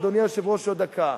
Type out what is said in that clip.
אדוני היושב-ראש, עוד דקה.